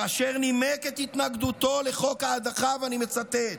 כאשר נימק את התנגדותו לחוק ההדחה, ואני מצטט: